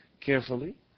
carefully